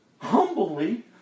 humbly